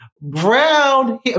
brown